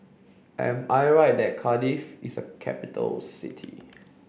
am I right that Cardiff is a capital city